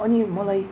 अनि मलाई